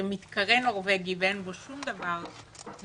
שמתקרא "נורווגי", ואין בו שום דבר נורווגי,